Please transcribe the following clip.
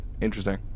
interesting